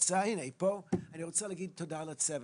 תודה לצוות,